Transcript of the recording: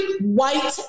white